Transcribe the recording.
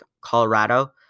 Colorado